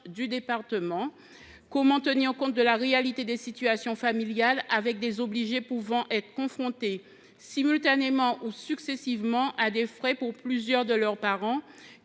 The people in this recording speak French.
du département ? Comment tenir compte de la réalité des situations familiales, avec des obligés pouvant être confrontés, simultanément ou successivement, à des frais pour plusieurs de leurs parents ?